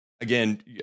again